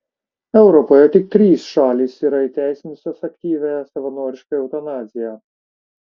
europoje tik trys šalys yra įteisinusios aktyviąją savanorišką eutanaziją